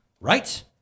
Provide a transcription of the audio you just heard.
right